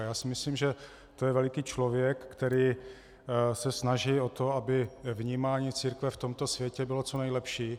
Já si myslím, že to je veliký člověk, který se snaží o to, aby vnímání církve v tomto světě bylo co nejlepší.